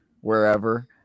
wherever